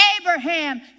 Abraham